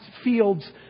fields